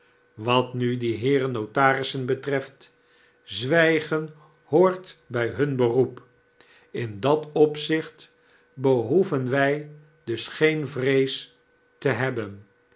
wat nu die heeren notarissen betreft zwijgen hoort bij hun beroep in dat opzicht behoeven wy dus geen vrees te hebben